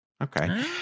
Okay